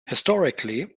historically